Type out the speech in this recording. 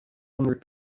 hundred